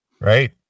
Right